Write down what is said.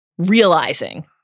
realizing